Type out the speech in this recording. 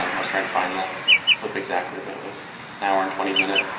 um i was trying to find the clip exactly, but it was an hour and twenty minute